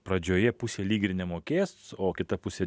pradžioje pusė lyg ir nemokės o kita pusė